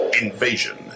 Invasion